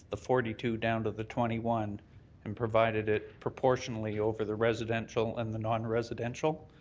the forty two down to the twenty one and provided it proportionally over the residential and the non-residential.